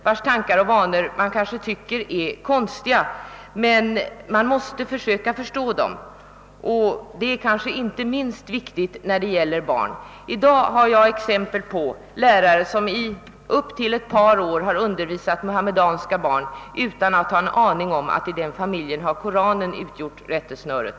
Vi kanske tycker att deras tankar och vanor är konstiga, men vi måste försöka förstå dem, och det är kanske inte minst viktigt när det gäller barnen. Jag har exempel på lärare som i upp till ett par år har undervisat muhammedanska barn utan att ha en aning om att i deras familjer har Koranen utgjort rättesnöret.